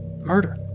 murder